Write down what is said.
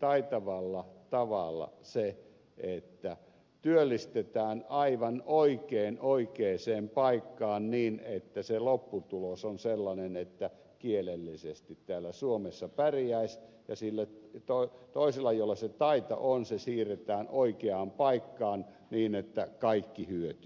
taitavalla tavalla se että työllistetään aivan oikein oikeaan paikkaan niin että se lopputulos on sellainen että kielellisesti täällä suomessa pärjäisi ja se toinen jolla se taito on siirretään oikeaan paikkaan niin että kaikki hyötyvät